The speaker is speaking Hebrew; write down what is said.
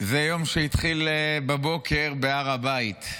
זה יום שהתחיל בבוקר בהר הבית.